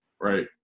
right